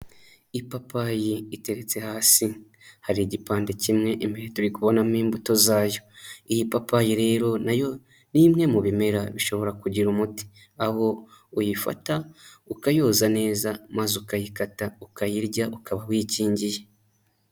Ipapayi iteretse hasi. Hari igipande kimwe, imbere turi kubonamo imbuto zayo. Iyi papayi rero na yo ni imwe mu bimera bishobora kugira umuti, aho uyifata ukayoza neza, maze ukayikata, ukayirya, ukaba wikingiye.